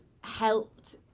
helped